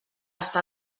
està